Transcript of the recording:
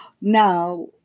Now